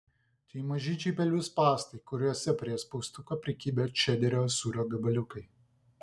tai mažyčiai pelių spąstai kuriuose prie spaustuko prikibę čederio sūrio gabaliukai